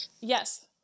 Yes